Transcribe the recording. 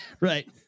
Right